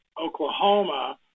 Oklahoma